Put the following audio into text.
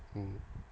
mm